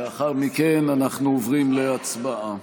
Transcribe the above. לאחר מכן אנחנו עוברים להצבעה.